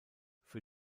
für